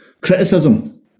criticism